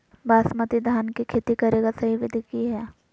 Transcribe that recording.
बासमती धान के खेती करेगा सही विधि की हय?